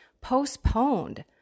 postponed